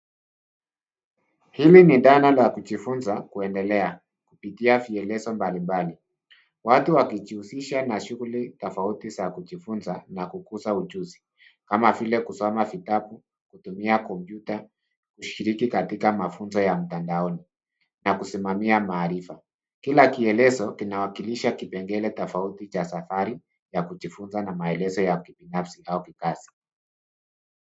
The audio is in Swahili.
Hili ni dhana la kujifunza kuendelea kupitia vielezo mbalimbali, watu wakijihusisha na shughuli tofauti za kujifunza na kukuza ujuzi kama vile kusoma vitabu ,kutumia kompyuta , kushiriki katika mafunzo ya mtandaoni na kusimamia maarifa ,kila kielezo kinawakilisha kipengele tofauti cha safari ya kujifunza na maelezo ya kibinafsi au kikazi.